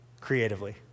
creatively